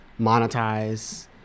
monetize